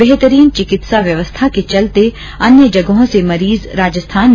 बेहतरीन चिकित्सा व्यवस्था के चलते अन्य जगहों से मरीज राजस्थान में आ रहे हैं